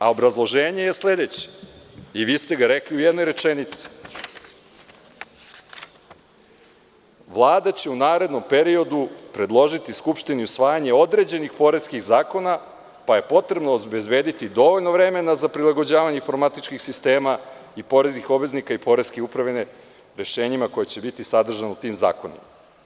A obrazloženje je sledeće, a i vi ste ga rekli u jednoj rečenici – Vlada će u narednom periodu predložiti Skupštini usvajanje određenih poreskih zakona, pa je potrebno obezbediti dovoljno vremena za prilagođavanje informatičkih sistema i poreskih obveznika i poreske uprave rešenjima koja će biti sadržana u tim zakonima.